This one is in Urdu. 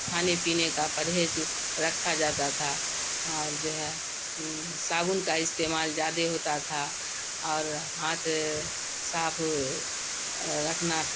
کھانے پینے کا پرہیز رکھا جاتا تھا اور جو ہے صابن کا استعمال زیادہ ہوتا تھا اور ہاتھ صاف رکھنا